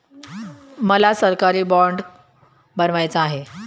मला सरकारी बाँड बनवायचा आहे